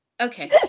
okay